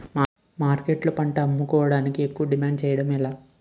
మార్కెట్లో పంట అమ్ముకోడానికి ఎక్కువ డిమాండ్ చేయడం ఎలా?